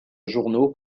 journaux